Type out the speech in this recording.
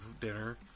dinner